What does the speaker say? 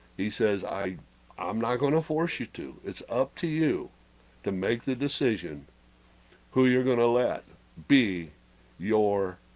he says i i'm not, gonna force you to it's up to you to make the decision who, you're, gonna let be your